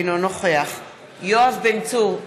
אינו נוכח יואב בן צור,